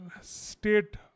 state